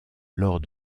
lors